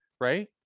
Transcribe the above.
right